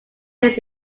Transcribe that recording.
his